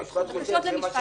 בקשות למשפט חוזר.